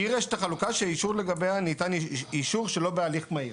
שהיא רשת החלוקה שהאישור לגביה ניתן אישור שלא בהליך מהיר".